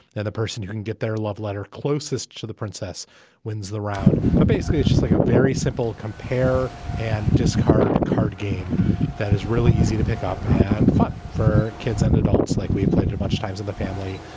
the person who can get their love letter closest to the princess wins the round. but basically, it's just like a very simple compare and discard a card game that is really easy to pick up and fun for kids and adults like we have played it a bunch times in the family.